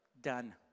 done